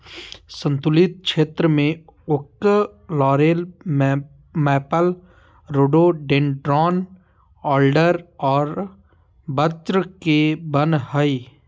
सन्तुलित क्षेत्र में oak, laurel, maple, rhododendron, alder और बर्च के वन हइ